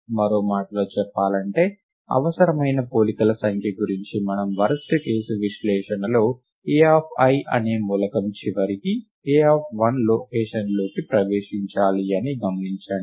మరో మాటలో చెప్పాలంటే అవసరమైన పోలికల సంఖ్య గురించి మనము వరస్ట్ కేసు విశ్లేషణలో Ai అనే మూలకం చివరికి A1 లొకేషన్లోకి ప్రవేశించాలి అని గమనించండి